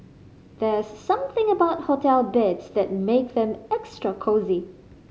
there's something about hotel beds that make them extra cosy